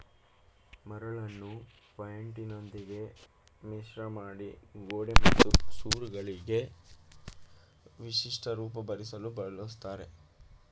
ಮರಳನ್ನು ಪೈಂಟಿನೊಂದಿಗೆ ಮಿಶ್ರಮಾಡಿ ಗೋಡೆ ಮತ್ತು ಸೂರುಗಳಿಗೆ ವಿಶಿಷ್ಟ ರೂಪ ಬರ್ಸಲು ಬಳುಸ್ತರೆ